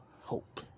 hope